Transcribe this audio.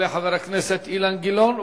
יעלה חבר הכנסת אילן גילאון.